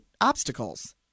obstacles